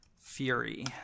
Fury